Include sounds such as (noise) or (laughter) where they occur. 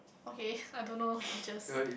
okay (breath) I don't know teachers